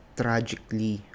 tragically